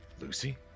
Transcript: Lucy